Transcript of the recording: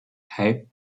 hei